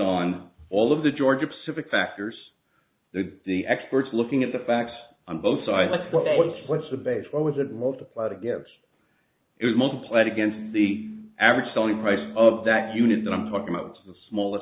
on all of the georgia pacific factors the the experts looking at the facts on both sides that's what's what's the base what was it multiplied against it multiplied against the average selling price of that unit that i'm talking about it's the smalle